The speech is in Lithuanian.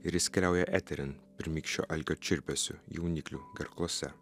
ir is keliauja eterin pirmykščio alkio čirpesiu jauniklių gerklose